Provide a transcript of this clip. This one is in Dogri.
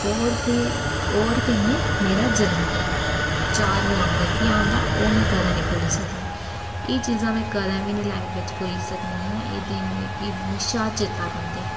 होर ते होर कन्नै मेरा जन्मदिन चार नवंबर गी आंदा ओह् में कदें नि भुल्ली सकनी एह् चीज़ां में कदें बी नेईं लाइफ बिच्च भुल्ली सकनियां एह् दिन मैं एह् हमेशा चेत्ता रौह्न्दे